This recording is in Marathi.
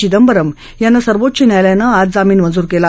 चिदंबरम यांना सर्वोच्च न्यायालयानं आज जामीन मंजूर कला